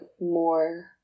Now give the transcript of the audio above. more